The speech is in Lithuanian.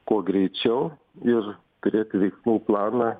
kuo greičiau ir turėti veiksmų planą